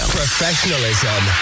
Professionalism